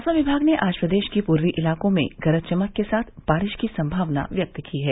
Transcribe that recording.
मौसम विभाग ने आज प्रदेश के पूर्वी इलाकों में गरज चमक के साथ बारिश की सम्भावना व्यक्त की है